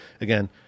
Again